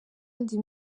ndi